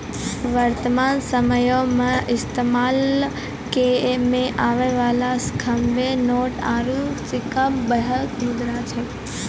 वर्तमान समयो मे इस्तेमालो मे आबै बाला सभ्भे नोट आरू सिक्का बैध मुद्रा छै